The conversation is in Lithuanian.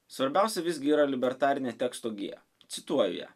svarbiausia visgi yra libertarinė teksto gija cituoju ją